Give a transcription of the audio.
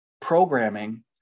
programming